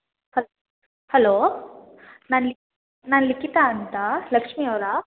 ಹಲ್ hello ನಾನು ಲಿಖಿತಾ ಅಂತ ಲಕ್ಷ್ಮೀ ಅವರಾ